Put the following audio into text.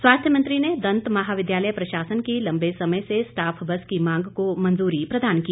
स्वास्थ्य मंत्री ने दंत महाविद्यालय प्रशासन की लंबे समय से स्टाफ बस की मांग को मंजूरी प्रदान की